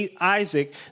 Isaac